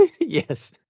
yes